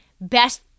Best